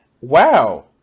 wow